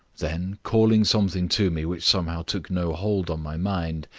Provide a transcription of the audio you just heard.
then calling something to me which somehow took no hold on my mind,